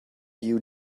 you